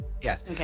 Yes